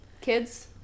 kids